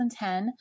2010